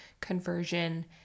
conversion